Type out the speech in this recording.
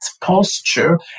posture